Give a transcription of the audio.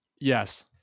yes